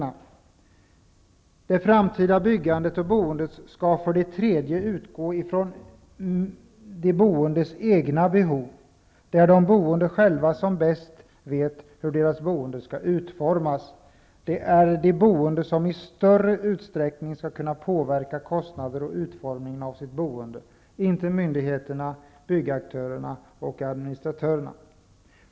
För det tredje skall det framtida byggandet och boendet utgå från de boendes egna behov. Det är de boende själva som bäst vet hur deras boende skall utformas. Det är de boende som i större utsträckning skall kunna påverka kostnader och utformning av sitt boende, inte myndigheterna, byggaktörerna och administratörerna.